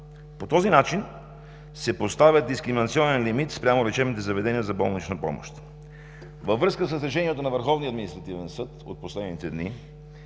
По този начин се поставя дискриминационен лимит спрямо лечебните заведения за болнична помощ. Във връзка с Решението на Върховния